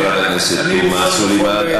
חברת הכנסת תומא סלימאן,